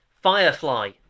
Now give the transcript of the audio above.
Firefly